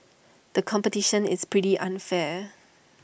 the competition is pretty unfair